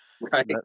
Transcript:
right